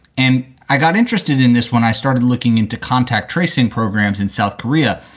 and i got interested in this when i started looking into contact tracing programs in south korea,